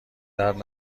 درد